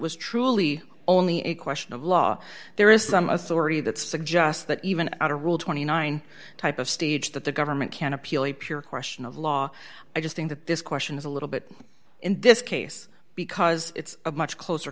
was truly only a question of law there is some authority that suggests that even at a rule twenty nine dollars type of stage that the government can appeal a pure question of law i just think that this question is a little bit in this case because it's a much closer